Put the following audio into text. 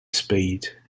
speed